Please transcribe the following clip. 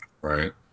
Right